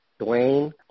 Dwayne